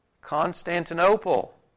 Constantinople